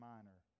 Minor